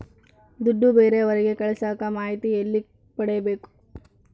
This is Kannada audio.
ದುಡ್ಡು ಬೇರೆಯವರಿಗೆ ಕಳಸಾಕ ಮಾಹಿತಿ ಎಲ್ಲಿ ಪಡೆಯಬೇಕು?